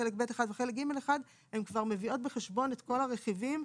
חלק ב'1 וחלק ג'1 הן כבר מביאות בחשבון את כל הרכיבים,